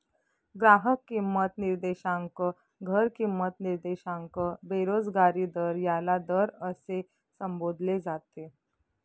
ग्राहक किंमत निर्देशांक, घर किंमत निर्देशांक, बेरोजगारी दर याला दर असे संबोधले जाते